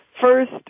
first